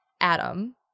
adam